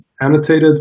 annotated